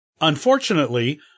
Unfortunately